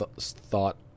thought